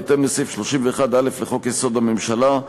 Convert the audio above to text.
בהתאם לסעיף 31(א) לחוק-יסוד: הממשלה,